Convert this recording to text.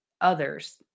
others